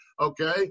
Okay